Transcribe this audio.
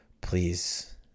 Please